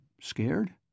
Scared